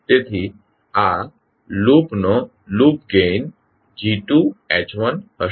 તેથી આ લૂપનો લૂપ ગેઇન G2sH1s હશે